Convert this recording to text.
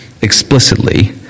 explicitly